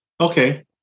Okay